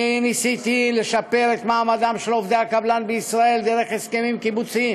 אני ניסיתי לשפר את מעמדם של עובדי הקבלן בישראל דרך הסכמים קיבוציים,